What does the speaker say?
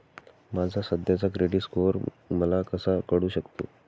माझा सध्याचा credit score मला कसा कळू शकतो?